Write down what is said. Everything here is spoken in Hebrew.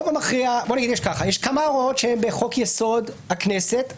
יש כמה הוראות שהן בחוק-יסוד: הכנסת,